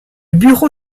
bureau